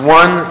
one